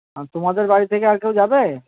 আর তোমাদের বাড়ি থেকে আর কেউ যাবে